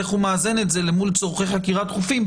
איך הוא מאזן את זה למול צורכי חקירה דחופים,